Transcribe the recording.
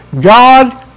God